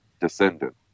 descendant